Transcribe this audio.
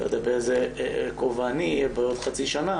אני לא יודע באיזה כובע אני אהיה בעוד חצי שנה